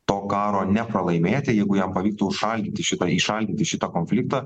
to karo nepralaimėti jeigu jam pavyktų užšaldyti šitą įšaldyti šitą konfliktą